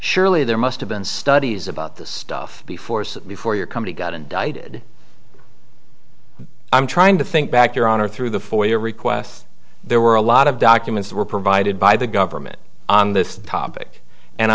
surely there must have been studies about this stuff before before your committee got indicted i'm trying to think back your honor through the for your requests there were a lot of documents that were provided by the government on this topic and